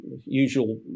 usual